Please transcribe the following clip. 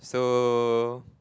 so